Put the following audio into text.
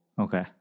Okay